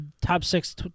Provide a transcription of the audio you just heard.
top-six